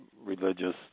religious